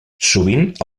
sovint